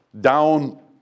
down